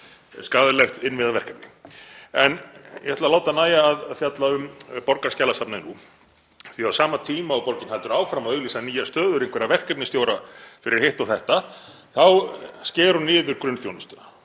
skaðlegt innviðaverkefni. En ég ætla að láta nægja að fjalla um Borgarskjalasafnið nú því á sama tíma og borgin heldur áfram að auglýsa nýjar stöður einhverra verkefnisstjóra fyrir hitt og þetta þá sker hún niður grunnþjónustuna,